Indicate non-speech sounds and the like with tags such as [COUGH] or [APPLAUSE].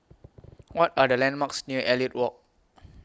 [NOISE] What Are The landmarks near Elliot Walk